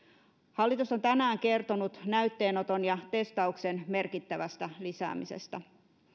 hallitus on tänään kertonut näytteenoton ja testauksen merkittävästä lisäämisestä